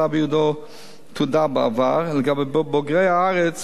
תעודה בעבר ולגבי בוגרי הארץ בעלי תואר